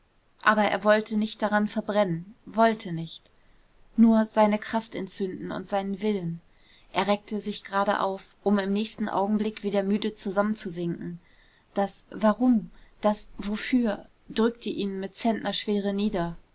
aber er wollte nicht daran verbrennen wollte nicht nur seine kraft entzünden und seinen willen er reckte sich gerade auf um im nächsten augenblick wieder müde zusammenzusinken das warum das wofür drückte ihn mit zentnerschwere nieder